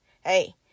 Hey